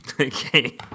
Okay